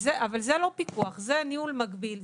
אבל זה לא פיקוח, זה ניהול מקביל.